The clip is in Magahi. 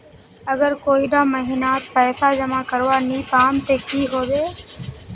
अगर कोई डा महीनात पैसा जमा करवा नी पाम ते की होबे?